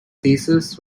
thesis